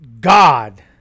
God